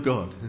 God